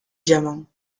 diamants